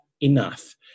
enough